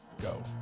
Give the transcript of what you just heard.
go